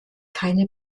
keine